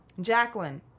Jacqueline